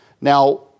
Now